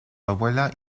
abuela